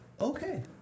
okay